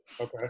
Okay